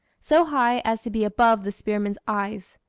so high as to be above the spearman's eyes.